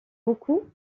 beaucoup